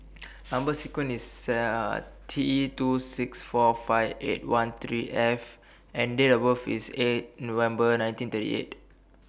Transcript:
Number sequence IS C T two six four five eight one three F and Date of birth IS eight November nineteen thirty eight